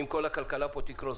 אם כל הכלכלה פה תקרוס.